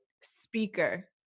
Speaker